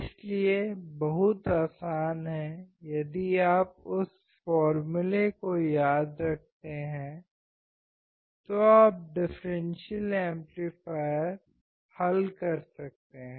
इसलिए बहुत आसान है यदि आप उस फार्मूले को याद रख ते हैं तो आप डिफ़्रेंसियल एम्पलीफायर हल कर सकते हैं